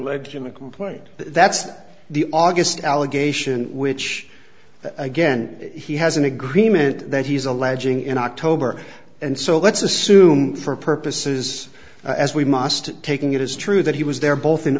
a complaint that's the august allegation which again he has an agreement that he's alleging in october and so let's assume for purposes as we must taking it as true that he was there both in